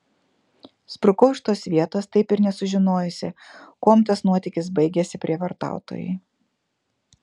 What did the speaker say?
sprukau iš tos vietos taip ir nesužinojusi kuom tas nuotykis baigėsi prievartautojui